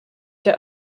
der